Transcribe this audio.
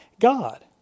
God